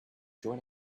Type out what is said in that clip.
join